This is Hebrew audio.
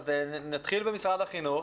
אז נתחיל במשרד החינוך.